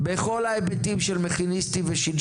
בכל ההיבטים, של מכיניסטים וש"ש.